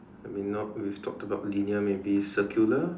I mean not we've talked about linear maybe circular